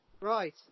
right